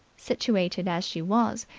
situated as she was,